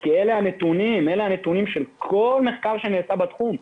כי אלה הנתונים של כל מחקר שנעשה בתחום,